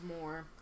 more